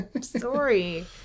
Sorry